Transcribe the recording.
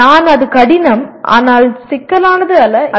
நான் அது கடினம் ஆனால் சிக்கலானது அல்ல என கருதலாம்